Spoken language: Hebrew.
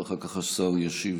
ואחר כך השר ישיב